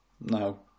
No